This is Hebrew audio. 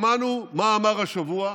שמענו מה אמר השבוע,